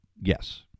yes